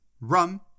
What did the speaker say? Rum